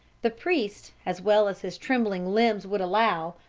the priest, as well as his trembling limbs would allow,